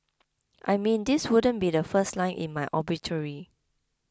I mean this wouldn't be the first line in my obituary